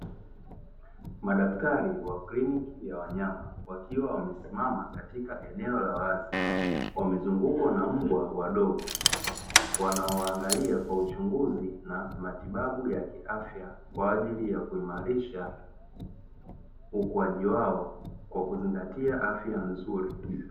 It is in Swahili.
Madaktari wa kliniki ya wanyama wakiwa wamesimama katika eneo la wazi, wamezungukwa na mbwa wadogo wanaoangalia kwa uchunguzi na matibabu ya kiafya kwa ajili ya kuimarisha ukuaji wao kwa kuzingatia afya nzuri.